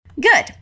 Good